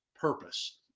purpose